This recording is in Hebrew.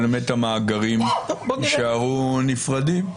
אבל באמת המאגרים יישארו נפרדים.